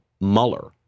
Mueller